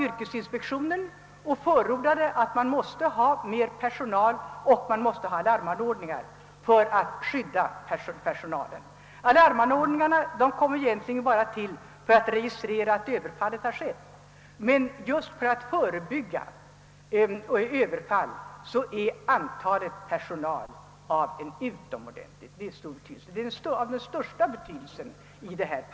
Yrkesinspektionen besökte skolan och förordade att mera personal skulle tillsättas och att alarmanordningar skulle insättas för att skydda de anställda. Alarmanordningarna kan egentligen bara registrera att överfallet skett, men för att förebygga överfall är personalens storlek av allra största betydelse.